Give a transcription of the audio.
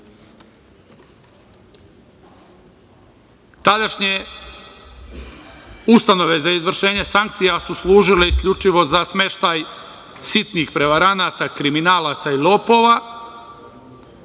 narod. Tadašnje ustanove za izvršenje sankcija su služile isključivo za smeštaj sitnih prevaranata, kriminalaca i lopova.